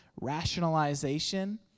rationalization